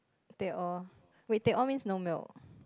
teh-O wait teh-O means no milk